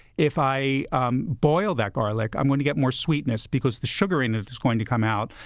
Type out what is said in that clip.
if i um boil that garlic, i'm going to get more sweetness because the sugar in it it is going to come out.